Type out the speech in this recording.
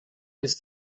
ist